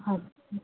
अच्छा